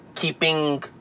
keeping